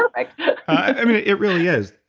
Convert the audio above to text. perfect it really is,